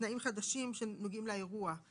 תנאים חדשים שנוגעים לאירוע.